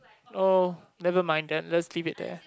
oh nevermind then just leave it there